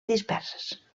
disperses